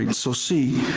and so c,